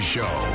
Show